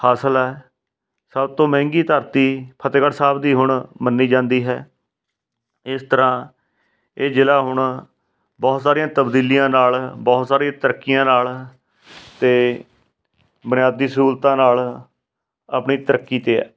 ਹਾਸਲ ਹੈ ਸਭ ਤੋਂ ਮਹਿੰਗੀ ਧਰਤੀ ਫਤਿਹਗੜ੍ਹ ਸਾਹਿਬ ਦੀ ਹੁਣ ਮੰਨੀ ਜਾਂਦੀ ਹੈ ਇਸ ਤਰ੍ਹਾਂ ਇਹ ਜ਼ਿਲ੍ਹਾ ਹੁਣ ਬਹੁਤ ਸਾਰੀਆਂ ਤਬਦੀਲੀਆਂ ਨਾਲ ਬਹੁਤ ਸਾਰੀ ਤਰੱਕੀਆਂ ਨਾਲ ਅਤੇ ਬੁਨਿਆਦੀ ਸਹੂਲਤਾਂ ਨਾਲ ਆਪਣੀ ਤਰੱਕੀ 'ਤੇ ਹੈ